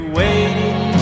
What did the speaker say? waiting